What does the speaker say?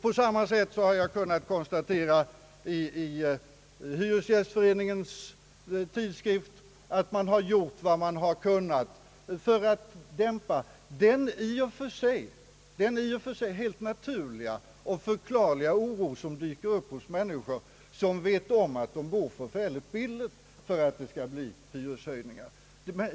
På samma sätt har jag kunnat konstatera i Hyresgästföreningens tidskrift, att man har gjort vad man har kunnat för att dämpa den i och för sig helt naturliga och förklarliga oro för hyreshöjningar som uppstår hos människor, vilka vet om, att de bor synnerligen billigt.